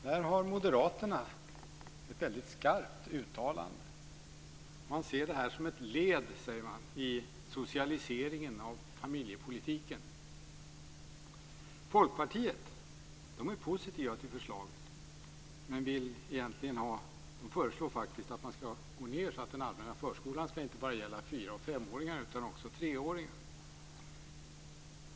Där har Moderaterna ett väldigt skarpt uttalande. De ser detta som ett led i socialiseringen av familjepolitiken. Folkpartiet är positivt till förslaget. Man föreslår faktiskt att den allmänna förskolan ska gälla inte bara fyra och femåringar utan också treåringar.